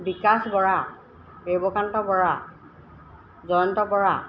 Bikash Bora Debakanta Bora Jayanta Bora